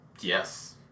Yes